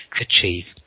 achieve